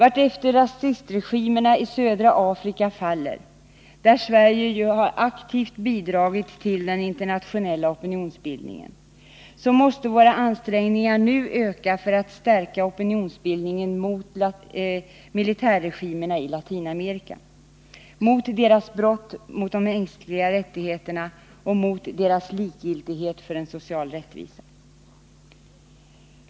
Allteftersom rasistregimerna i södra Afrika faller — där Sverige ju har aktivt bidragit till den internationella opinionsbildningen — måste våra ansträngningar öka för att stärka opinionsbildningen mot militärregimerna i Latinamerika, mot deras brott mot de mänskliga rättigheterna och mot deras likgiltighet för en social rättvisa.